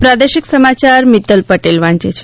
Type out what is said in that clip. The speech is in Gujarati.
પ્રાદેશિક સમાચાર મિતલ પટેલ વાંચે છે